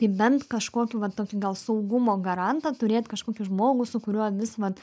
tai bent kažkokį va tokį gal saugumo garantą turėt kažkokį žmogų su kuriuo vis vat